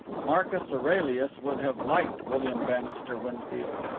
marcus aurelius would have liked william bannister winfield.